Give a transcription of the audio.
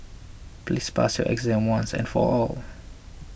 please pass your exam once and for all